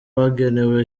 bagenewe